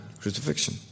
crucifixion